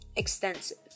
extensive